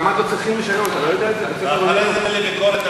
ההצעה להעביר את הנושא לוועדת החינוך,